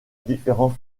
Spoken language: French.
différents